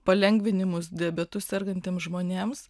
palengvinimus diabetu sergantiem žmonėms